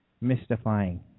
mystifying